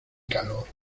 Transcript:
calor